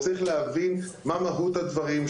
הוא צריך להבין מה מהות הדברים.